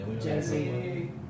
Jesse